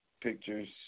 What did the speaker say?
pictures